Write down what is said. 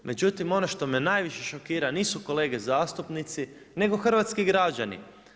Međutim, ono što me najviše šokira, nisu kolege zastupnici nego hrvatski građani.